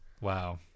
wow